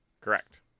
Correct